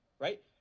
right